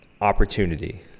opportunity